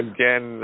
Again